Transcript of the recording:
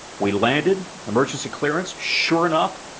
we landed, emergency clearance. sure enough,